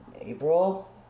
April